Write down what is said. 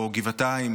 גבעתיים